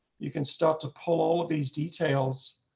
you can start to pull all of these details.